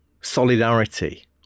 solidarity